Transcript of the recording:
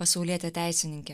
pasaulietė teisininkė